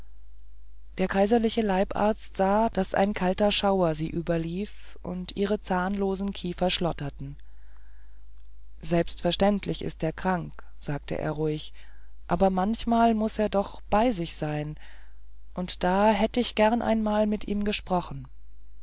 der kaiserliche leibarzt sah daß ein kalter schauer sie überlief und ihre zahnlosen kiefer schlotterten selbstverständlich ist er krank sagte er ruhig aber manchmal muß er doch bei sich sein und da hätt ich gern einmal mit ihm gesprochen